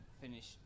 finish